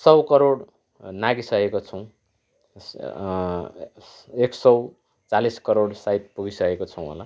सौ करोड नागिसकेको छौँ एक सौ चालिस करोड सायद पुगिसकेको छौँ होला